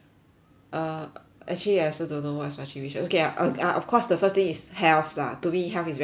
uh actually I also don't know what is my three wishes okay ah uh ah of course the first thing is health lah to me health is very important